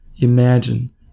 imagine